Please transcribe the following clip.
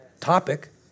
topic